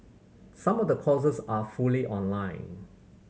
some of the courses are fully online